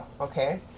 okay